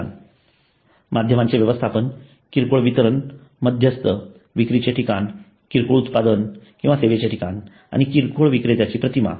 ठिकाण माध्यमांचे व्यवस्थापन किरकोळ वितरण मध्यस्थ विक्रीचे ठिकाण किरकोळ उत्पादन किंवा सेवेचे ठिकाण आणि किरकोळ विक्रेत्याची प्रतिमा